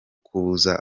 kubuza